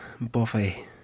Buffy